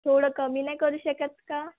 थोडं कमी नाही करू शकत का